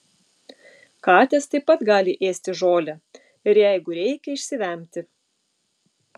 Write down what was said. katės taip pat gali ėsti žolę ir jeigu reikia išsivemti